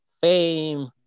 Fame